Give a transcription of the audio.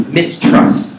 mistrust